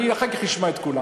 אני אחר כך אשמע את כולם.